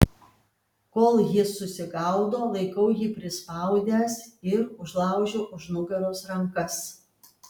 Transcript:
kol jis susigaudo laikau jį prispaudęs ir užlaužiu už nugaros rankas